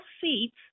seats